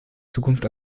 zukunft